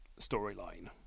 storyline